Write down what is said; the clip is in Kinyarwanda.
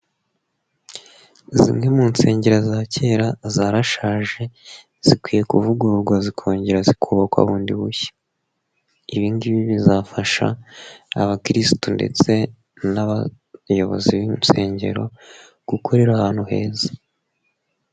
Zimwe mu nsengero za kera zarashaje, zikwiye kuvugururwa zikongera zikubakwa bundi bushya. Ibingibi bizafasha, abakirisitu ndetse n'abayobozi b'insengero, gukorera ahantu heza.